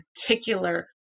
particular